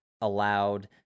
allowed